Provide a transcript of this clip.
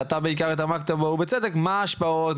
שאתה בעיקר התעמקת בו ובצדק מה הן ההשפעות,